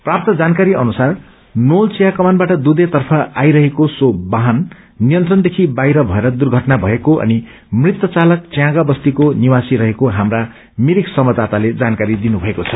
प्राप्त जानकारी अनुसार नोल वियाकमानवाट दूषे तर्फ आइरहेको सो वाहन नियन्त्रण देखि बाहिर भएर दुर्घटना भएको अनि मृत चालक च्यागाँ बस्तीको निवासी रहेको हाप्रा मिरिक सम्वाददाताले जानकारी दिनु भएको छ